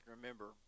remember